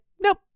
nope